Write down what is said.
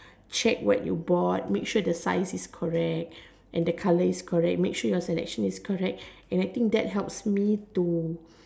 check what you bought make sure the size is correct and the color is correct make sure your selection is correct and I think that helps me to